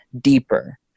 deeper